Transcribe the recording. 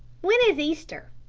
when is easter?